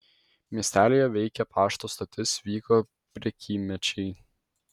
miestelyje veikė pašto stotis vyko prekymečiai